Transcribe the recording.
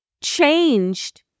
changed